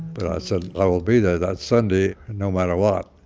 but i said, i will be there that sunday no matter what